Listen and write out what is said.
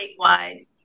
statewide